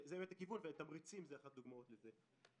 זה באמת הכיוון, ותמריצים זה אחת הדוגמאות לזה.